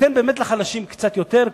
תיתן באמת לחלשים קצת יותר,